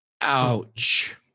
Ouch